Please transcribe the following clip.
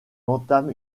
entame